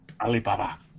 Alibaba